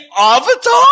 Avatar